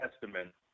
testament